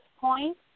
point